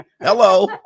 Hello